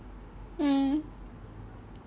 mm